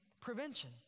prevention